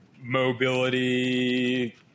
mobility